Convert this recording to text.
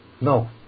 No